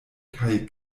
kaj